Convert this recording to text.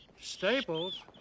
Staples